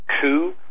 coup